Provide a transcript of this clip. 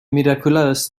mirakulös